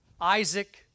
Isaac